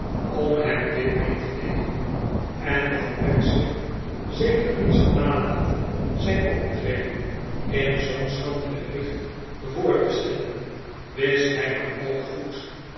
om hem dit mee te deelen en dat pecksniff zeker niet zou nalaten zijn optreden in zoo'n schandelijk licht voor te stellen wist hij maar al te goed